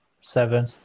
seven